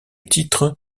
titre